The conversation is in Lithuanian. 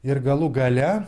ir galų gale